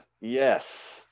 Yes